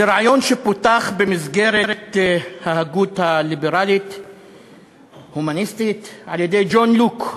זה רעיון שפותח במסגרת ההגות הליברלית-הומניסטית על-ידי ג'ון לוק.